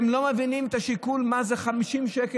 הם לא מבינים את השיקול מה זה 50 שקל,